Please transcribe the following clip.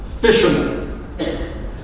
fisherman